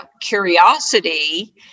curiosity